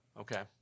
Okay